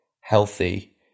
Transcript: healthy